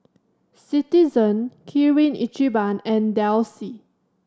Citizen Kirin Ichiban and Delsey